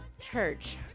church